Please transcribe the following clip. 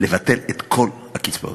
לבטל את כל הקצבאות.